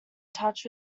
touch